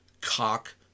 cock